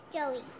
Joey